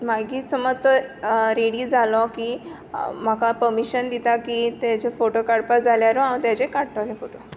आनी मागी सोमोज तो रेडी जालो की माका पमीशन दिता की तेजे फोटो काडपा जाल्यारू हांव तेजे काडटोलें फोटो